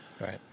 right